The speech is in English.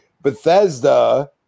bethesda